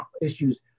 issues